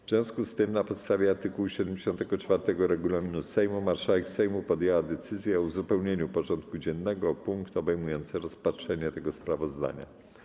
W związku z tym, na podstawie art. 74 regulaminu Sejmu marszałek Sejmu podjęła decyzję o uzupełnieniu porządku dziennego o punkt obejmujący rozpatrzenie tego sprawozdania.